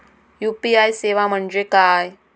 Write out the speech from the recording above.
UPI सेवा म्हणजे काय?